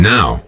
Now